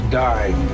die